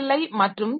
ஐ மற்றும் ஜி